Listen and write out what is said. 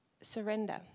surrender